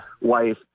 wife